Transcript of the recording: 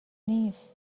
نیست